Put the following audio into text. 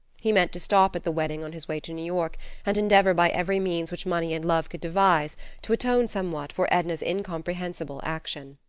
he meant to stop at the wedding on his way to new york and endeavor by every means which money and love could devise to atone somewhat for edna's incomprehensible action.